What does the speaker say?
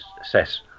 assess